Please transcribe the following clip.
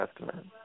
Testament